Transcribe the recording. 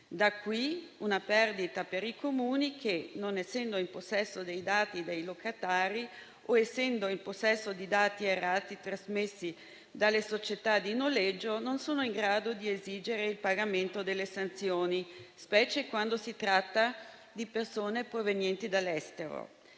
Da qui, una perdita per i Comuni che, non essendo in possesso dei dati dei locatari o essendo in possesso di dati errati trasmessi dalle società di noleggio, non sono in grado di esigere il pagamento delle sanzioni, specie quando si tratta di persone provenienti dall'estero.